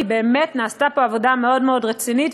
כי באמת נעשתה פה עבודה מאוד מאוד רצינית,